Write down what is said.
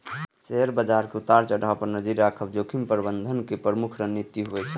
share बाजार के उतार चढ़ाव पर नजरि राखब जोखिम प्रबंधनक प्रमुख रणनीति होइ छै